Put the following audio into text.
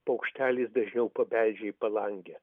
paukštelis dažniau pabeldžia į palangę